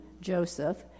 Joseph